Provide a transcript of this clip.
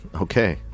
Okay